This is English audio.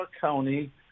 County